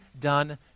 done